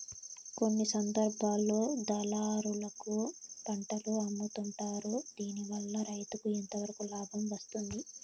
కొన్ని సందర్భాల్లో దళారులకు పంటలు అమ్ముతుంటారు దీనివల్ల రైతుకు ఎంతవరకు లాభం వస్తుంది?